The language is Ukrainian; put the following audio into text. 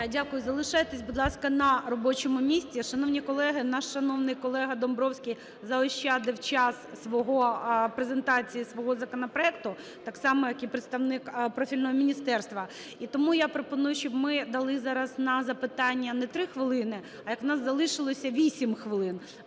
Дякую. Залишайтесь, будь ласка, на робочому місці. Шановні колеги, наш шановний колега Домбровський заощадив час презентації свого законопроекту так само, як і представник профільного міністерства. І тому я пропоную, щоб ми дали зараз на запитання не 3 хвилини, а як у нас залишилося, 8 хвилин.